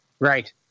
Right